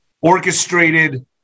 orchestrated